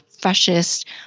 freshest